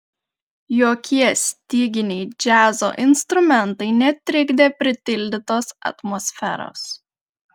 jokie styginiai džiazo instrumentai netrikdė pritildytos atmosferos